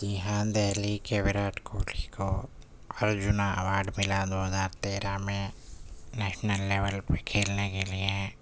جی ہاں دہلی کے وراٹ کوہلی کو ارجنا اوارڈ ملا دو ہزار تیرہ میں نیشنل لیول پہ کھیلنے کے لیے